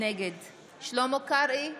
נגד שלמה קרעי,